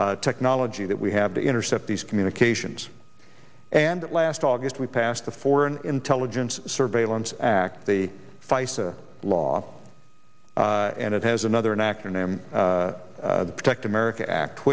technology that we have to intercept these communications and last august we passed the foreign intelligence surveillance act the feis a law and it has another an acronym protect america act